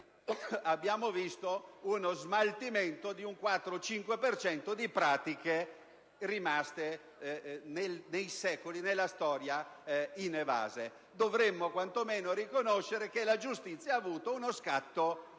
abbiamo visto uno smaltimento di circa il 5 per cento di pratiche rimaste nei secoli nella storia inevase. Dovremmo quantomeno riconoscere che la giustizia ha avuto uno scatto